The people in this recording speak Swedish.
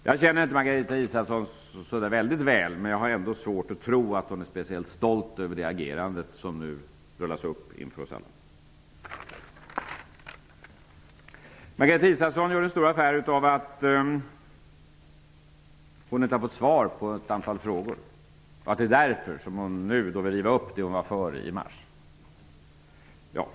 Jag känner inte Margareta Israelsson så väl, men jag har ändå svårt att tro att hon är speciellt stolt över det agerande som nu rullas upp inför oss alla. Margareta Israelsson gjorde en stor affär av att hon inte har fått svar på ett antal frågor och antyder att det är därför som hon nu vill riva upp det hon var för i mars.